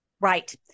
right